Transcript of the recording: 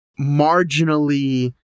marginally